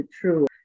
true